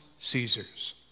Caesar's